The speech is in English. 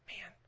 man